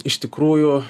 iš tikrųjų